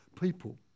people